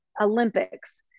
Olympics